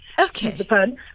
Okay